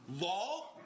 law